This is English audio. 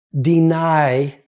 deny